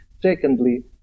Secondly